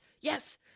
yes